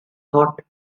thought